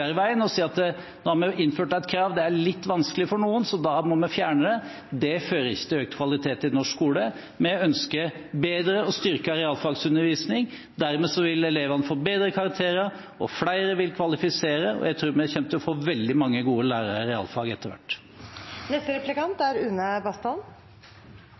gå enn å si at nå har vi innført et krav, det er litt vanskelig for noen, og derfor må vi fjerne det. Det fører ikke til økt kvalitet i norsk skole. Vi ønsker en bedre og styrket realfagsundervisning. Dermed vil elevene få bedre karakterer, flere vil kvalifiseres, og jeg tror vi kommer til å få veldig mange gode lærere i realfag etter